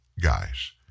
guys